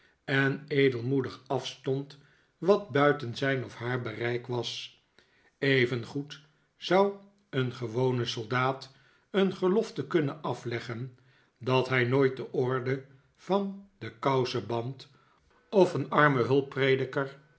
en edelmoedig afstond wat buiten zijn of haar bereik was evengoed zou een gewone soldaat een gelofte kunnen afleggen dat hij nooit de orde van den kousenband of een arme